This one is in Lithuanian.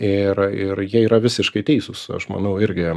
ir ir jie yra visiškai teisūs aš manau irgi